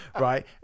right